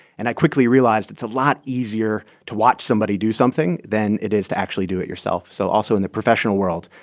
and i quickly realized it's a lot easier to watch somebody do something than it is to actually do it yourself. so also in the professional world,